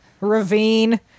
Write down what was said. ravine